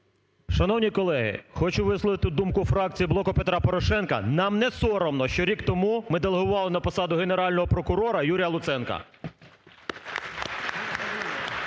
Шановні колеги, хочу висловити думку фракції "Блоку Петра Порошенка". Нам не соромно, що рік тому ми делегували на посаду Генерального прокурора Юрія Луценка.